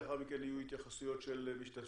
לאחר מכן אם יהיו התייחסויות של משתתפים.